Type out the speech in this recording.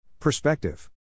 Perspective